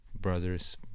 brothers